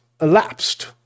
elapsed